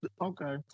Okay